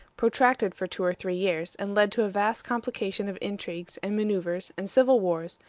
protracted for two or three years, and led to a vast complication of intrigues, and maneuvers, and civil wars,